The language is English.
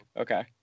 okay